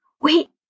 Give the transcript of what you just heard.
Wait